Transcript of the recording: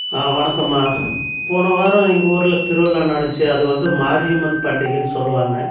ஆ வணக்கம்மா போன வாரம் எங்கள் ஊரில் திருவிழா நடந்துச்சு அது வந்து மாரியம்மன் பண்டிகைன்னு சொல்லுவாங்க